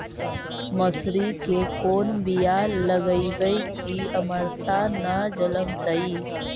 मसुरी के कोन बियाह लगइबै की अमरता न जलमतइ?